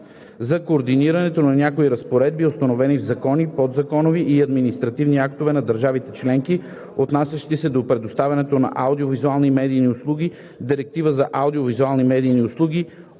за координирането на някои разпоредби, установени в закони, подзаконови и административни актове на държавите членки, отнасящи се до предоставянето на аудиовизуални медийни услуги (Директива за аудиовизуалните медийни услуги)